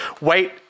wait